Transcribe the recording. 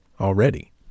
already